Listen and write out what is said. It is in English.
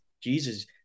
Jesus